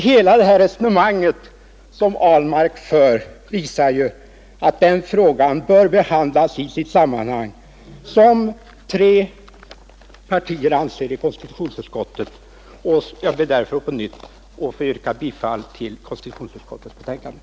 Hela det här resonemanget som herr Ahlmark för visar ju att frågan bör behandlas i sitt sammanhang, vilket tre partier anser i konstitutionsutskottet. Jag ber därför att på nytt få yrka bifall till konstitutionsutskottets hemställan.